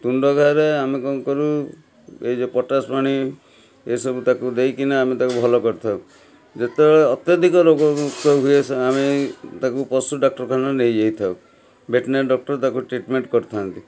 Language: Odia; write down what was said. ତୁଣ୍ଡ ଘା'ରେ ଆମେ କ'ଣ କରୁ ଏଇ ଯେଉଁ ପଟାସ ପାଣି ଏସବୁ ତାକୁ ଦେଇକିନା ଆମେ ତାକୁ ଭଲ କରିଥାଉ ଯେତେବେଳେ ଅତ୍ୟଧିକ ରୋଗ ସବୁ ହୁଏ ଆମେ ତାକୁ ପଶୁ ଡାକ୍ତରଖାନାକୁ ନେଇଯାଇଥାଉ ଭେଟନେରୀ ଡକ୍ଟର ତାକୁ ଟ୍ରିଟମେଣ୍ଟ କରିଥାଆନ୍ତି